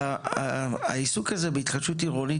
העיסוק הזה בהתחדשות עירונית,